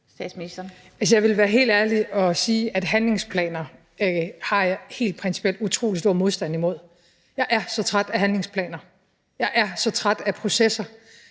Frederiksen): Jeg vil være helt ærlig og sige, at handlingsplaner har jeg helt principielt utrolig stor modstand imod. Jeg er så træt af handlingsplaner, jeg er så træt af processer,